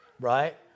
right